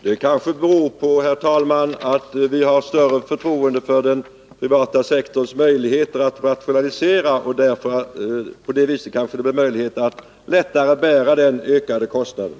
Herr talman! Det kanske beror på att vi har större förtroende för den privata sektorns möjligheter att rationalisera. På det sättet kanske det blir lättare att bära den ökade kostnaden.